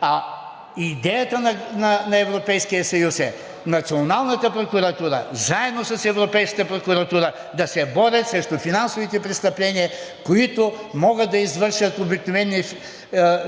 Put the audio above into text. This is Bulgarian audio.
А идеята на Европейския съюз е националната прокуратура, заедно с Европейската прокуратура, да се преборят срещу финансовите престъпления, които могат да извършат обикновени